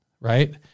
right